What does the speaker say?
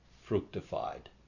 fructified